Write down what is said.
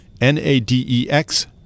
N-A-D-E-X